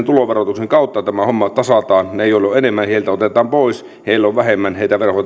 tuloverotuksen kautta tämä homma tasataan niiltä joilla on enemmän otetaan pois niitä joilla vähemmän